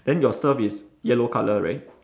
then your surf is yellow colour right